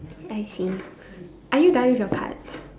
I see are you done with your cards